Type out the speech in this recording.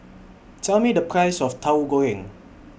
Tell Me The Price of Tahu Goreng